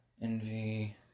Envy